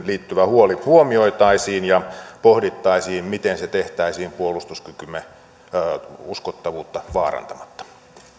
liittyvä huoli huomioitaisiin ja pohdittaisiin miten se tehtäisiin puolustuskykymme uskottavuutta vaarantamatta